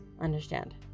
Understand